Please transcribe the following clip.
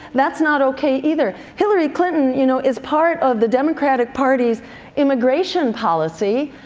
that's not okay either. hillary clinton you know is part of the democratic party's immigration policy,